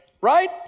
Right